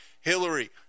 Hillary